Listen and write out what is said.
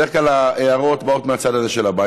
בדרך כלל ההערות באות מהצד הזה של הבית.